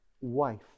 wife